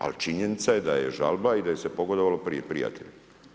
Ali činjenica je da je žalba i da se pogodovalo prije prijateljima.